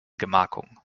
gemarkung